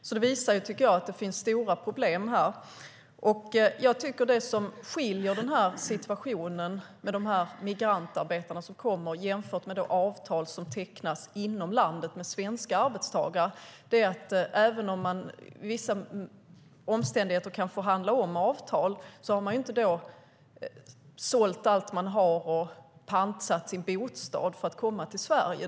Skillnaden mellan migrantarbetare och svenska arbetstagare med avtal som tecknas inom landet är att även om man under vissa omständigheter kan förhandla om avtal har svenskarna inte sålt allt de har och pantsatt sin bostad för att komma till Sverige.